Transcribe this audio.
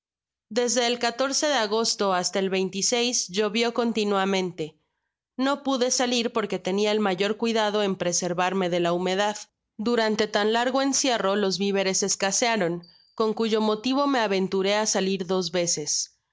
desde el de agosto hasta el lvió continuamente no pude salir porque tenia el mayor cuidado en preservarme de la humedad durante tan largo encierro los viveres escasearon con cuyo motivo me aventuré á salir dos'veces